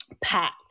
packed